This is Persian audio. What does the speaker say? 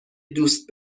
دوست